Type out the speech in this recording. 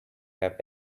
have